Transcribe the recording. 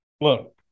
Look